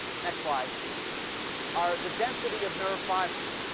next slide are the density of nerve fibers.